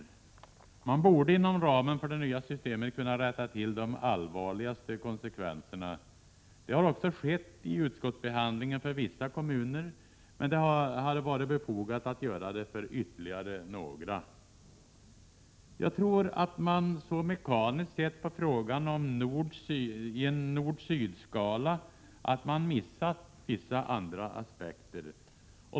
Inom ramen för det nya systemet borde man kunna komma till rätta med förhållandena när det gäller de allvarligaste konsekvenserna. Det har också skett i utskottsbehandlingen för vissa kommuner, men det hade varit befogat att göra detta för ytterligare några. Jag tror att man så mekaniskt sett på frågan i en nord—syd-skala att man missat vissa andra aspekter.